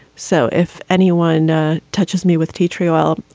so if anyone ah touches me with tea tree oil,